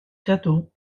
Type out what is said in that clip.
cadeau